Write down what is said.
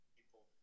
people